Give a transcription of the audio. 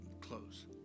close